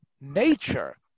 nature